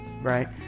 right